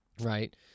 right